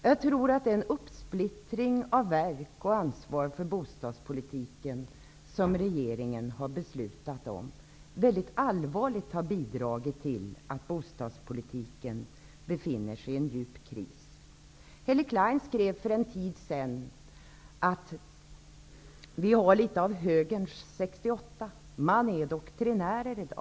Jag tror att den uppsplittring av verk och därmed av ansvaret för bostadspolitiken som regeringen har beslutat allvarligt har bidragit till att bostadspolitiken befinner sig i en djup kris. Helle Klein skrev för en tid sedan att vi har litet av högerns 1968 -- man är doktrinär i dag.